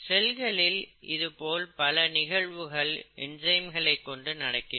செல்களில் இதுபோல் பல நிகழ்வுகள் என்சைம்களை கொண்டு நடக்கிறது